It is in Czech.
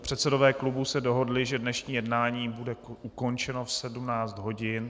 Předsedové klubů se dohodli, že dnešní jednání bude ukončeno v 17 hodin.